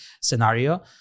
scenario